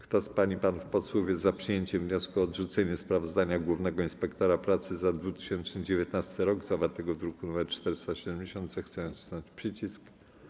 Kto z pań i panów posłów jest za przyjęciem wniosku o odrzucenie sprawozdania głównego inspektora pracy za 2019 r., zawartego w druku nr 470, zechce nacisnąć przycisk.